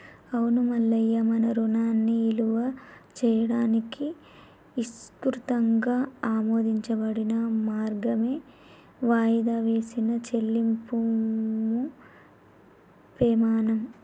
అవును మల్లయ్య మన రుణాన్ని ఇలువ చేయడానికి ఇసృతంగా ఆమోదించబడిన మార్గమే వాయిదా వేసిన చెల్లింపుము పెమాణం